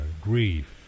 grief